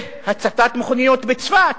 והצתת מכונית בצפת,